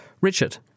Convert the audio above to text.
Richard